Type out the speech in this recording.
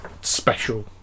special